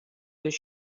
does